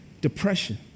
depression